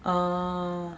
oh